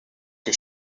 que